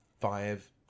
five